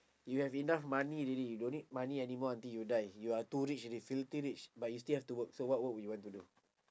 you have enough money already you don't need money anymore until you die you are too rich already filthy rich but you still have to work so what work would you want to do